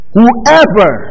Whoever